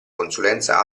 consulenza